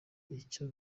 icyo